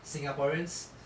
singaporeans